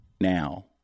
now